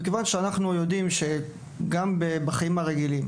מכיוון שאנחנו יודעים שגם בחיים הרגילים